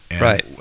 Right